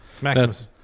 Maximus